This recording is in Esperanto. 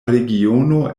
regiono